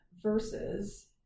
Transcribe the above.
versus